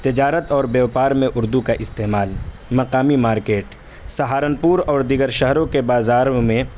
تجارت اور بیوپار میں اردو کا استعمال مقامی مارکیٹ سہارنپور اور دیگر شہروں کے بازاروں میں